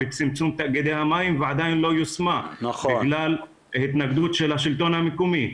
לצמצום תאגידי המים ועדיין לא יושמה בגלל התנגדות של השלטון המקומי.